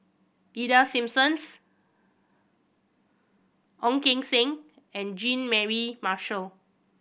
Ida Simmons Ong Keng Sen and Jean Mary Marshall